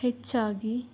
ಹೆಚ್ಚಾಗಿ